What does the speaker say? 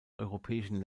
europäischen